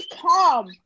calm